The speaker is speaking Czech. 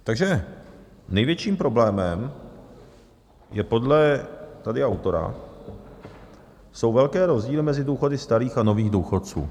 Takže největším problémem jsou podle tady autora velké rozdíly mezi důchody starých a nových důchodců.